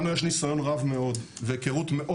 לנו יש ניסיון רב מאוד והיכרות מאוד